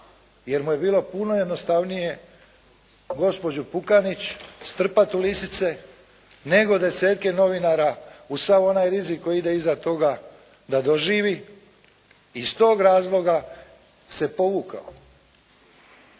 jer mu je bilo puno jednostavnije gospođu Pukanić strpati u lisice, nego desetke novinara uz sav onaj rizik koji ide iza toga da doživi iz tog razloga se povukao.